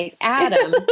Adam